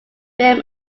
film